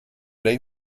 they